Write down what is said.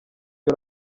iyo